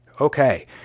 Okay